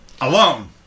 Alone